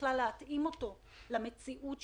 כולל להתאים אותו למציאות שהשתנתה,